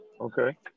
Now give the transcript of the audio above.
Okay